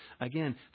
Again